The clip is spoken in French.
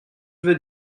veux